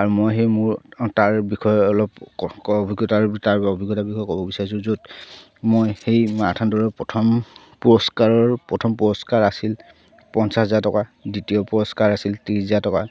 আৰু মই সেই মোৰ তাৰ বিষয়ে অলপ অভিজ্ঞতাৰ তাৰ অভিজ্ঞতাৰ বিষয়ে ক'ব বিচাৰিছোঁ য'ত মই সেই মাৰাথান দৌৰৰ প্ৰথম পুৰস্কাৰৰ প্ৰথম পুৰস্কাৰ আছিল পঞ্চাছ হাজাৰ টকা দ্বিতীয় পুৰস্কাৰ আছিল ত্ৰিছ হোজাৰ টকা